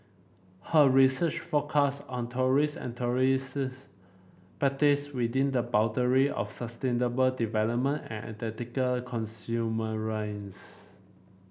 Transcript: her research focus on tourist and tourists practice within the boundary of sustainable development and ethical consumerism